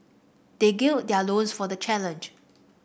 they gird their loins for the challenge